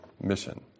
mission